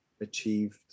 achieved